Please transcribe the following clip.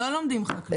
לא לומדים חקלאות.